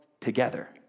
together